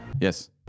Yes